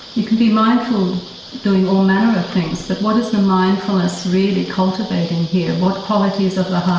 you can be mindful doing all manner of things, but what is the mindfulness really cultivating here? what qualities of the heart